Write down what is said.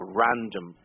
random